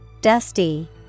Dusty